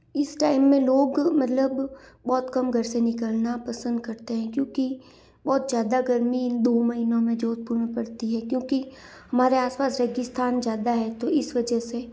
इस टाइम में लोग मतलब बहुत कम घर से निकलना पसंद करते हैं क्योंकि बहुत ज़्यादा गर्मी इन दो महीनों में जोधपुर में पड़ती है क्योंकि हमारे आस पास रेगिस्थान ज़्यादा है तो इस वजह से